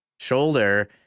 shoulder